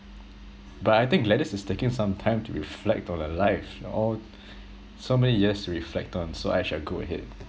but I think gladys is taking some time to reflect on her life all so many years to reflect on so I shall go ahead